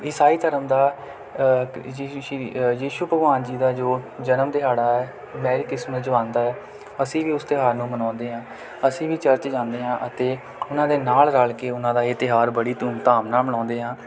ਈਸਾਈ ਧਰਮ ਦਾ ਯਿਸ਼ੂ ਭਗਵਾਨ ਜੀ ਦਾ ਜੋ ਜਨਮ ਦਿਹਾੜਾ ਹੈ ਮੈਰੀ ਕਿਸ਼ਮਿਸ ਜੋ ਆਉਂਦਾ ਹੈ ਅਸੀਂ ਵੀ ਉਸ ਤਿਉਹਾਰ ਨੂੰ ਮਨਾਉਂਦੇ ਹਾਂ ਅਸੀਂ ਵੀ ਚਰਚ ਜਾਂਦੇ ਹਾਂ ਅਤੇ ਉਹਨਾਂ ਦੇ ਨਾਲ ਰਲ ਕੇ ਉਹਨਾਂ ਦਾ ਇਹ ਤਿਉਹਾਰ ਬੜੀ ਧੂਮਧਾਮ ਨਾਲ ਮਨਾਉਂਦੇ ਹਾਂ